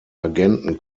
agenten